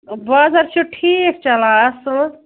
بازَر چھُ ٹھیٖک چلان اَصٕل حظ